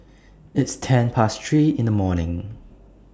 its ten Past three in The morning